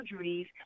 surgeries